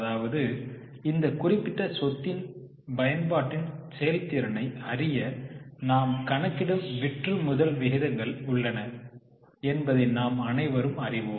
அதாவது இந்த குறிப்பிட்ட சொத்தின் பயன்பாட்டின் செயல்திறனை அறிய நாம் கணக்கிடும் விற்றுமுதல் விகிதங்கள் உள்ளன என்பதை நாம் அனைவரும் அறிவோம்